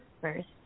first